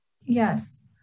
yes